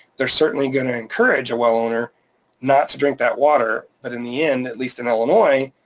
they're certainly gonna encourage a well owner not to drink that water. but in the end, at least in illinois,